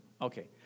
Okay